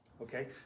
Okay